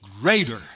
Greater